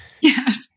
Yes